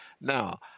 Now